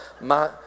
Ma